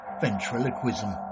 ventriloquism